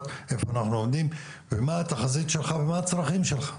איפה אנחנו עומדים ומה התחזית שלך ומה הצרכים שלך.